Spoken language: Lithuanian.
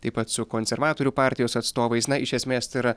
taip pat su konservatorių partijos atstovais na iš esmės tai yra